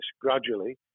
gradually